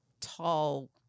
tall